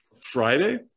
Friday